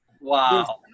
Wow